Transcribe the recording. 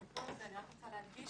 אני רק רוצה להדגיש,